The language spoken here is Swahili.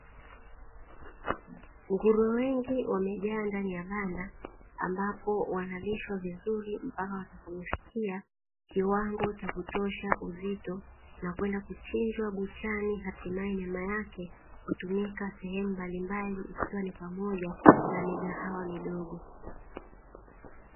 Nguruwe wengi wamejaa ndani ya banda, ambapo wanalishwa vizuri mpaka kufikia kiwango cha kutosha uzito na kwenda kuchinjwa buchani, hatimaye nyama yake hutumika sehemu mbalimbali ikiwa ni pamoja na migahawa midogo.